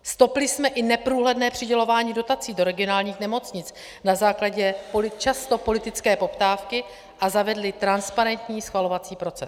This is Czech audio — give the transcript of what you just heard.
Stopli jsme i neprůhledné přidělování dotací do regionálních nemocnic na základě často politické poptávky a zavedli transparentní schvalovací proces.